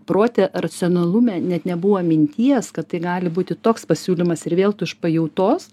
prote racionalume net nebuvo minties kad tai gali būti toks pasiūlymas ir vėl tu iš pajautos